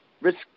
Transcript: risk